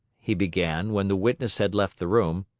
he began, when the witness had left the room,